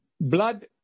blood